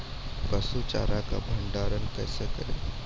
पसु चारा का भंडारण कैसे करें?